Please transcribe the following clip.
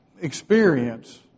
experience